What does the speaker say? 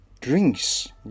drinks